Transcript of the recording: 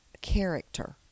character